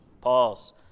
pause